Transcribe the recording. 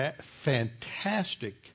fantastic